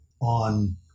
on